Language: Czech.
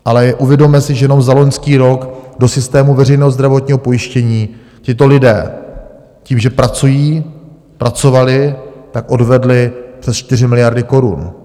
Ale uvědomme si, že jenom za loňský rok do systému veřejného zdravotního pojištění tito lidé tím, že pracují, pracovali, tak odvedli přes 4 miliardy korun.